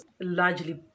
largely